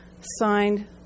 signed